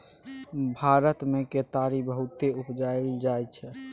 भारत मे केतारी बहुते उपजाएल जाइ छै